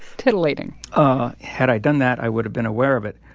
titillating ah had i done that, i would have been aware of it.